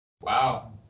Wow